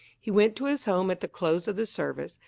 he went to his home at the close of the service,